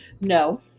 No